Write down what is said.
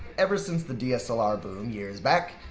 ever since the dslr boom years back.